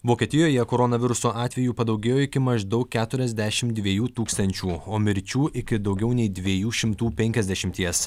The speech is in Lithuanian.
vokietijoje koronaviruso atvejų padaugėjo iki maždaug keturiasdešimt dviejų tūkstančių o mirčių iki daugiau nei dviejų šimtų penkiasdešimties